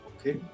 Okay